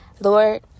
Lord